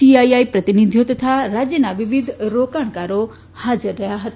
પી CII પ્રતિનિધિઓ તથા રાજ્યના વિવિધ રોકાણકારો હાજર રહ્યા હતા